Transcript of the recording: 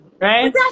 Right